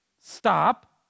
stop